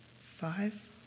five